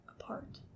apart